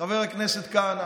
חבר הכנסת כהנא: